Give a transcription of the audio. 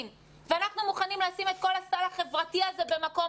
ואנחנו מוכנים לשים את כל הסל החברתי הזה במקום